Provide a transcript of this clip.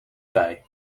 bij